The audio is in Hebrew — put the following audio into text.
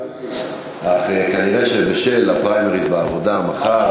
אך כנראה שבשל הפריימריז בעבודה מחר,